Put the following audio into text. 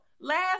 last